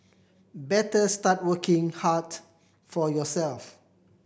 better start working hard for yourself